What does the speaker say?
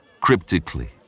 Cryptically